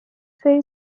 سری